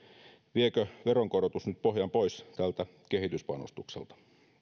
viekö veronkorotus nyt pohjan pois tältä kehityspanostukselta